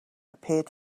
appeared